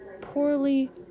poorly